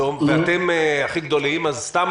ואתם הכי גדולים, אז נניח